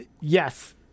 yes